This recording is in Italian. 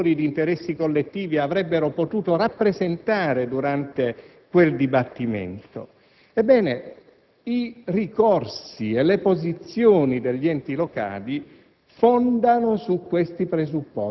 di attenzione che i portatori di interessi collettivi avrebbero potuto rappresentare. Ebbene, i ricorsi e le posizioni degli enti locali